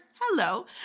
Hello